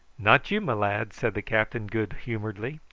not you, my lad, said the captain good-humouredly.